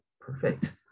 Perfect